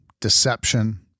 deception